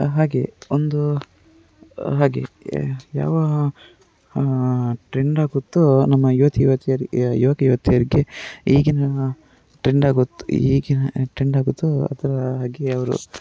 ಹಾಗೆಯೇ ಒಂದು ಹಾಗೆ ಯಾವ ಟ್ರೆಂಡ್ ಆಗುತ್ತೋ ನಮ್ಮ ಯುವತಿ ಯುವತಿಯರಿ ಯುವಕ ಯುವತಿಯರಿಗೆ ಈಗಿನ ಟ್ರೆಂಡ್ ಆಗುತ್ತೆ ಈಗಿನ ಟ್ರೆಂಡಾಗುವುದು ಅದರ ಹಾಗೆ ಅವರು